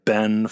Ben